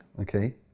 Okay